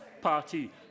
party